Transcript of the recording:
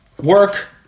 work